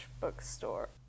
bookstore